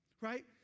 Right